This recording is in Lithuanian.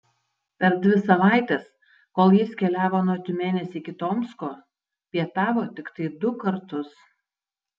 per dvi savaites kol jis keliavo nuo tiumenės iki tomsko pietavo tiktai du kartus